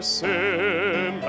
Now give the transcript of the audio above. sin